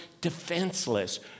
defenseless